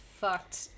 fucked